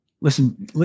listen